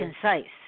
concise